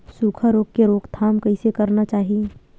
सुखा रोग के रोकथाम कइसे करना चाही?